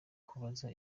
kubaza